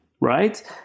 right